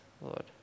Lord